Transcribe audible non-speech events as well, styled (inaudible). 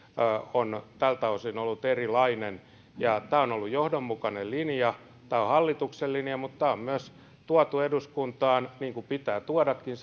on tältä osin ollut erilainen tämä on on ollut johdonmukainen linja tämä on hallituksen linja mutta tämä on myös tuotu eduskuntaan niin kuin pitää tuodakin (unintelligible)